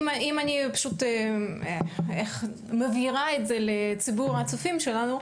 אם אני מבהירה את זה לציבור הצופים שלנו,